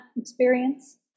experience